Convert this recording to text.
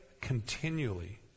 continually